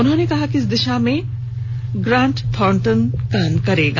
उन्होंने कहा कि इस दिशा में ग्रांट थॉर्नटन काम करेगा